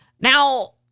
Now